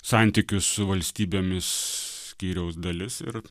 santykių su valstybėmis skyriaus dalis ir